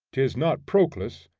tis not proclus,